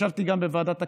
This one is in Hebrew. ישבתי גם בוועדת הכספים,